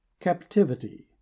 CAPTIVITY